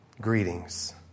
Greetings